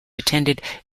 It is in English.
attended